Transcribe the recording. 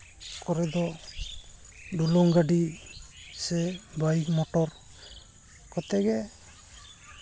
ᱠᱚᱨᱮ ᱫᱚ ᱰᱩᱞᱩᱝ ᱜᱟᱹᱰᱤ ᱥᱮ ᱵᱟᱭᱤᱠ ᱢᱚᱴᱚᱨ ᱠᱚᱛᱮᱜᱮ